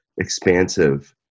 expansive